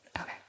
Okay